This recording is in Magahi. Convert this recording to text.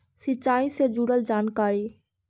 सिंचाई से जुड़ल जानकारी?